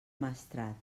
maestrat